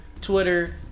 Twitter